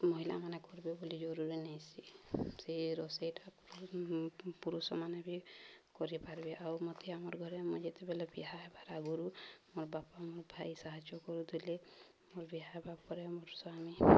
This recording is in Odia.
ମହିଲାମାନେ କରିବେ ବୋଲି ଜରୁରୀ ନେଇଁସି ସେଇ ରୋଷେଇଟା ପୁରୁଷମାନେ ବି କରିପାରିବେ ଆଉ ମତେ ଆମର୍ ଘରେ ମୁଁ ଯେତେବେଲେ ବିହା ହେବାର ଆଗୁରୁ ମୋର୍ ବାପା ମୋର ଭାଇ ସାହାଯ୍ୟ କରୁଥିଲେ ମୋର ବିହା ହେବା ପରେ ମୋର ସ୍ୱାମୀ